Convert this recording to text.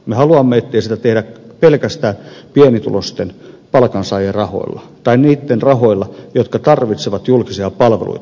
me haluamme ettei sitä tehdä pelkästään pienituloisten palkansaajien rahoilla tai niitten rahoilla jotka tarvitsevat julkisia palveluita